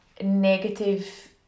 negative